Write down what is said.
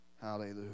Hallelujah